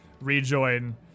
rejoin